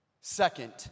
Second